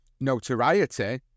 notoriety